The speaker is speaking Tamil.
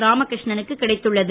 ராமகிருஷ்ணனுக்கு கிடைத்துள்ளது